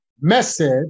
message